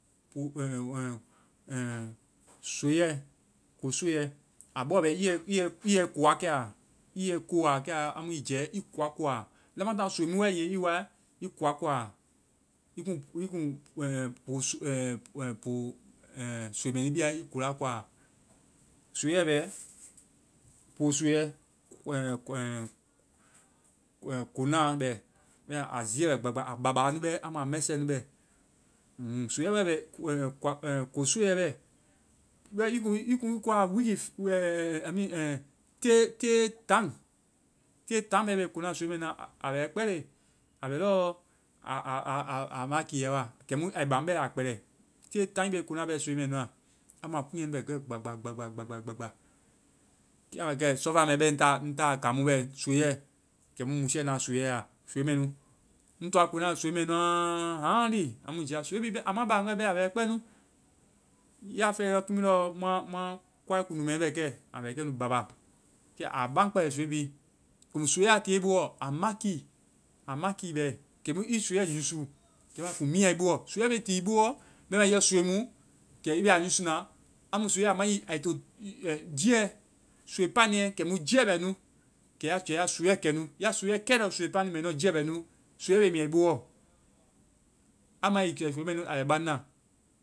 ɛŋ, ɛŋ soiiɛ, ko soiiɛ. A bɔ bɛ i yɛ- i yɛ. i yɛi ko wakɛa. I yɛi ko wakɛa amu i jɛ i kua ko a. Lamataŋ soii mu wae nge i wa i kua ko a. I kuŋ-i kuŋ ɛŋ, po so-ɛŋ po-ɛŋ po soii mɛnu bia i kuula ko a. Soiiɛ bɛ, po soiiɛ, ɛŋ, ɛŋ ko naa bɛ. Bɛma a ziiɛ bɛ gbagba. A baba nu bɛ, amu a mɛsɛ nu bɛ. Um. Soiiɛ wae bɛ-ɛŋ kua-ko soiiɛ bɛ. I wae, i kuŋ-i kuŋ i koa wiki-wiki ff. Ɛ ɛ, ɛ i mean ɛ, te- te taŋ. Te taŋ i bɛ i kona soii mɛ nu a. A bɛ wɛ kpɛ leŋ. A bɛ lɔɔ a ma kiɛ wa. Kɛmu ai baŋ bɛ a kpɛlɛ. Te taŋ bɛ, i bɛ i kona soii mɛ nu a. Amu a kuŋyɛ bɛ kɛ gbagba-gbagba, gbagba-gbagba. Kiimu a bɛ kɛ, sɔ fɛa mɛ ŋ ta kaŋ, ŋ bɛ-soiiɛ, kɛmu musiiɛ na soiiɛa, soii mɛ nu,ŋ toa ŋ ko na soii mɛ nu a haaŋ-haaŋlii. Amu ŋ jɛ ya. Soii bi bɛ-a ma baŋ wɛ bɛ. A bɛ wɛ kpɛ nu. Ya fɛ i yɔ kiimu lɔ mua-mua kuai kuŋdu mɛ mɛ kɛ. A bɛ kɛnu ba ba. Kɛ, a ba kpɛ, soii bi. Komu soiiɛ i tiie i boɔ, a ma ki-a ma ki bɛ. kɛmu i soiiɛ yusu kɛmu a kuŋ miɛa i bo. Soiiɛ be ti i boɔ bɛma i yɔ soii mu kɛ i bɛ a yusu na use. Amu soiiɛ a ma nyi ai to-jiiɛ! Soii paniɛ kɛmu jiiɛ bɛ nu, kɛ ya jɛ ya soiiɛ kɛ nu. Ya soiiɛ kɛe lɔ soii paniɛ ɔ jiiɛ bɛ nu. Soiiɛ be miɛ i boɔ. I mae kɛ soii mɛ nu a bɛ baŋ na.